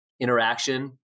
interaction